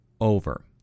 over